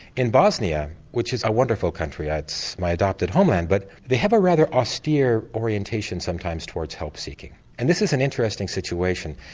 in bosnia which is a wonderful country, ah it's my adopted homeland but they have a rather austere orientation sometimes towards help seeking and this is an interesting situation.